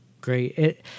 Great